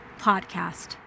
podcast